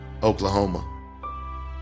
Oklahoma